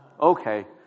Okay